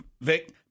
Vic